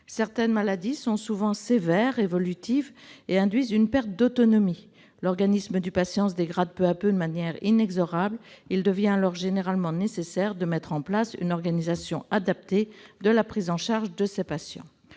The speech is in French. Certaines maladies sont souvent sévères, évolutives et induisent une perte d'autonomie. L'organisme du patient se dégrade peu à peu de manière inexorable. Il devient alors généralement nécessaire de mettre en place une organisation adaptée concernant la prise en charge de ces patients.